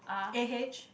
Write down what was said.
a_h